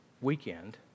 weekend